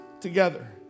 Together